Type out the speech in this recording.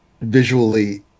visually